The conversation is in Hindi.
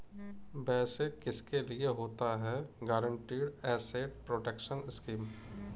वैसे किसके लिए होता है गारंटीड एसेट प्रोटेक्शन स्कीम?